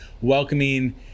welcoming